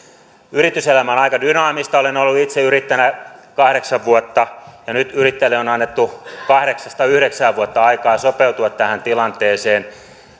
yrityselämä on aika dynaamista olen ollut itse yrittäjänä kahdeksan vuotta ja nyt yrittäjille on on annettu kahdeksan viiva yhdeksän vuotta aikaa sopeutua tähän tilanteeseen